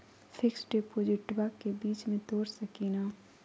Fix डिपोजिटबा के बीच में तोड़ सकी ना?